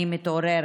אני מתעוררת.